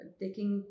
taking